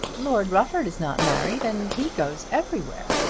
lord rufford is not married and he goes everywhere.